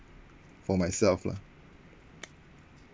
for myself lah